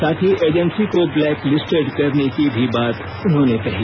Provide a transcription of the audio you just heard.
साथ ही एजेंसी को ब्लैकलिस्टेड करने की भी बात इन्होंने कही